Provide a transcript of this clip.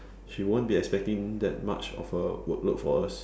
she won't be expecting that much of a workload for us